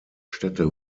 städte